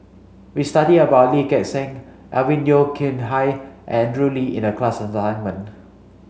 we studied about Lee Gek Seng Alvin Yeo Khirn Hai and Andrew Lee in the class assignment